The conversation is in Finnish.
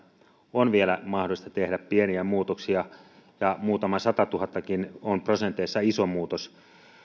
on vielä mahdollista tehdä pieniä muutoksia ja muutama satatuhattakin on prosenteissa iso muutos